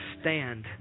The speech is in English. stand